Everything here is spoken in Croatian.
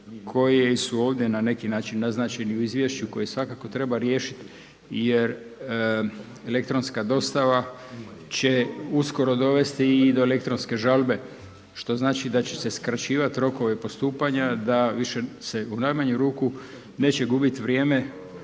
koji su ovdje na neki način naznačeni u izvješću koje svakako treba riješiti jer elektronska dostava će uskoro dovesti i do elektronske žalbe što znači da će se skraćivati rokovi postupanja da više se u najmanju ruku neće gubiti vrijeme.